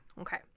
okay